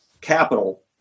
capital